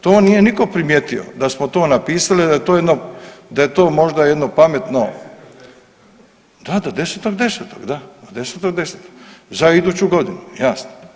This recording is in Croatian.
To nije nitko primijetio da smo to napisali a da ja to možda jedno pametno, da, da 10.10.da, za iduću godinu, jasno.